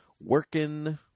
working